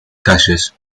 calles